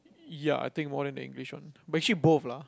ya I think more than the English one but actually both lah